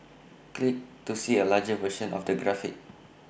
click to see A larger version of the graphic